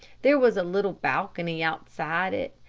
there was a little balcony outside it,